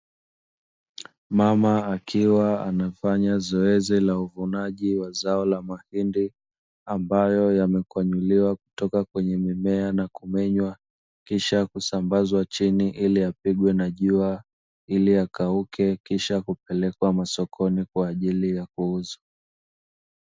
Mama akiwa anafanya zoezi la uvunaji wa zao la mahindi ambayo yamekwanyuliwa kutoka kwenye mimea na kumenywa, kisha kusambazwa chini ili yapigwe na jua ili yakauke kisha kupelekwa masokoni kwa ajili ya kuuzwa.